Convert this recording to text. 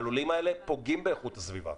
הלולים האלה פוגעים באיכות הסביבה.